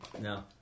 No